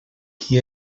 qui